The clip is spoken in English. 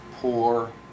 poor